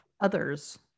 others